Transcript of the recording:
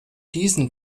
diesen